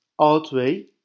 outweigh